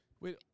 Wait